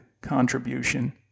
contribution